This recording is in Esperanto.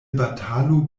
batalu